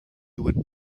would